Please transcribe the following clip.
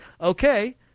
Okay